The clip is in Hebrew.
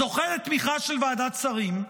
זוכה לתמיכה של ועדת שרים,